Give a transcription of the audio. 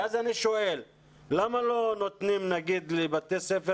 אני שואל למה לא נותנים למשל לבתי הספר